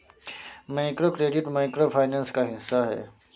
microcredit micro finance का हिस्सा है